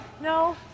No